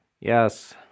Yes